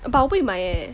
but 我不会买 eh